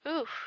Oof